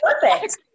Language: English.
perfect